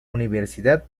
universidad